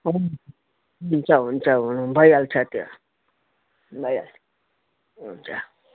हुन्छ हुन्छ भइहाल्छ त्यो भइहाल्छ हुन्छ